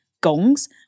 Gongs